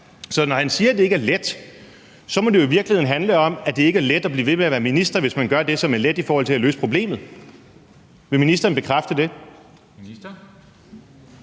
Så når han siger, at det ikke er let, må det jo i virkeligheden handle om, at det ikke er let at blive ved med at være minister, hvis man gør det, som er let i forhold til at løse problemet. Vil ministeren bekræfte det?